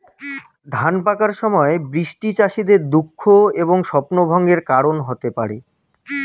ধান পাকার সময় বৃষ্টি চাষীদের দুঃখ এবং স্বপ্নভঙ্গের কারণ হতে পারে